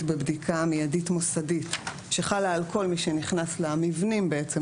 בבדיקה מיידית מוסדית שחלה על כל מי שנכנס למבנים בעצם,